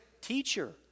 teacher